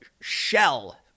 shell